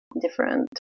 different